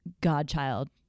godchild